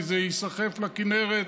כי זה ייסחף לכינרת,